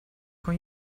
con